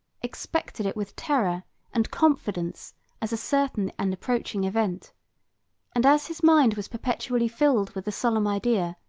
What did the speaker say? expected it with terror and confidence as a certain and approaching event and as his mind was perpetually filled with the solemn idea,